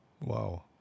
Wow